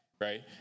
right